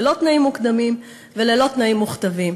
ללא תנאים מוקדמים וללא תנאים מוכתבים.